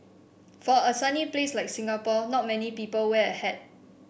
for a sunny place like Singapore not many people wear a hat